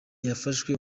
yafashwe